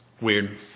weird